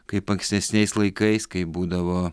kaip ankstesniais laikais kai būdavo